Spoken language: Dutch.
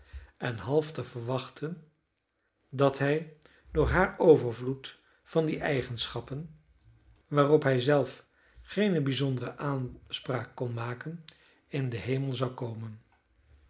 en half te verwachten dat hij door haren overvloed van die eigenschappen waarop hij zelf geene bijzondere aanspraak kon maken in den hemel zou komen